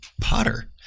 potter